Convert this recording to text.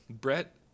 Brett